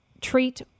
treat